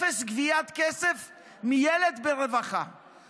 אפס גביית כסף מילד ברווחה.